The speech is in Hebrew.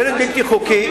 ילד בלתי חוקי,